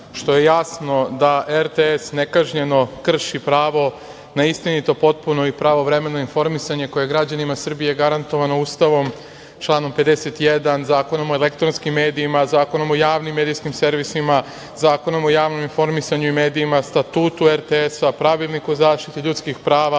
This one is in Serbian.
što je jasno da RTS nekažnjeno krši pravo na istinitoj i potpunoj i pravovremeno informisanje, koje građanima Srbije garantovano Ustavom, članom 51. Zakonom o elektronskim medijima, Zakonom o javnim medijskim servisima, Zakonom o javnom informisanju i medijima, Statutu RTS-a, Pravilnik o zaštiti ljudskih prava